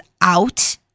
out